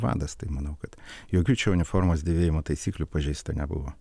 vadas tai manau kad jokių čia uniformos dėvėjimo taisyklių pažeista nebuvo